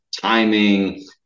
timing